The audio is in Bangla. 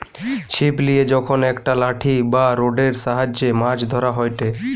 ছিপ লিয়ে যখন একটা লাঠি বা রোডের সাহায্যে মাছ ধরা হয়টে